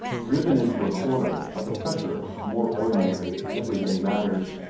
driven into a corner by the pressure of more ordinary, everyday matters.